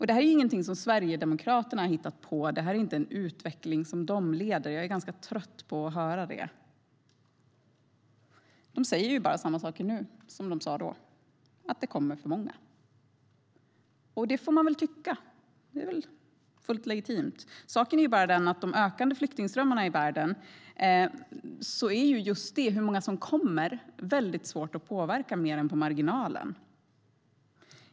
Detta är ingenting som Sverigedemokraterna har hittat på eller en utveckling som de leder. Jag är ganska trött på att höra det. De säger bara samma saker nu som de sa då, att det kommer för många. Och det får man väl tycka; det är fullt legitimt. Saken är bara den att med de ökande flyktingströmmarna i världen är det väldigt svårt att påverka hur många som kommer, mer än på marginalen.